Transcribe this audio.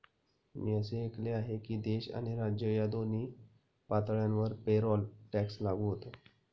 मी असे ऐकले आहे की देश आणि राज्य या दोन्ही पातळ्यांवर पेरोल टॅक्स लागू होतो